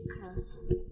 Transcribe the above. close